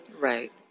Right